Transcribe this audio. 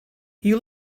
you